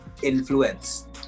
influence